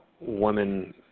women